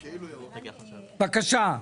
בבקשה.